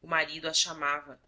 o marido a chamava